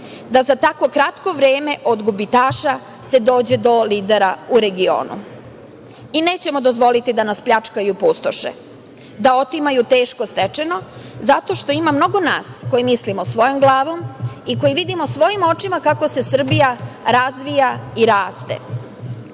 da za tako kratko vreme od gubitaša se dođe do lidera u regionu. Nećemo dozvoliti da nas pljačkaju i pustoše, da otimaju teško stečeno, zato što ima mnogo nas, koji mislimo svojom glavom i koji vidimo svojim očima kako se Srbija razvija i raste.